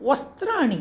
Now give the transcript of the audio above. वस्त्राणि